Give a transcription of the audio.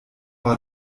war